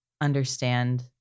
understand